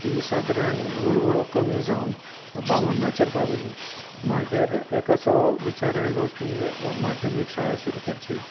तीं सादारण व्हळू व्हळू कमी जावन बाव्वनाचेर पाविल्ली मागीर एक असो विचार आयलो की माध्यमीक शाळा सुरू करची